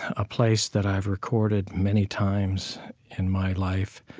a place that i've recorded many times in my life,